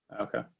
Okay